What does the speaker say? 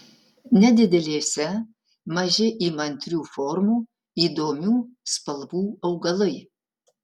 nedidelėse maži įmantrių formų įdomių spalvų augalai